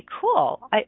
cool